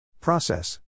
Process